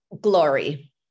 Glory